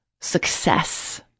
success